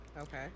Okay